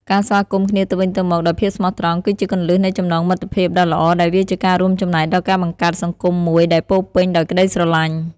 ការស្វាគមន៍គ្នាទៅវិញទៅមកដោយភាពស្មោះត្រង់ជាគន្លឹះនៃចំណងមិត្តភាពដ៏ល្អ ដែលវាជាការរួមចំណែកដល់ការបង្កើតសង្គមមួយដែលពោរពេញដោយក្តីស្រឡាញ់។